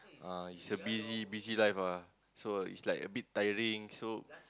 uh is a busy busy life ah so it is like a bit tiring so